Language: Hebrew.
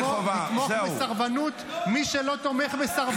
הליברלית הלאומית לסניף של הכהניסטים.